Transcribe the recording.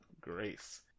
grace